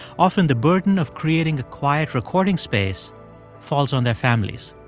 often the burden of creating a quiet recording space falls on their families.